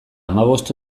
hamabost